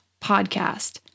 podcast